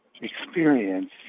experience